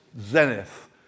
Zenith